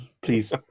please